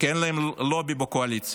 כי אין להם לובי בקואליציה.